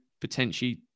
potentially